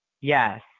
Yes